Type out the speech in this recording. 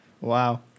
Wow